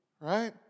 right